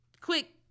quick